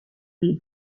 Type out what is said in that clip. bid